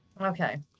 Okay